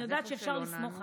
אני יודעת שאפשר לסמוך עליך,